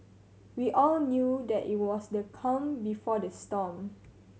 we all knew that it was the calm before the storm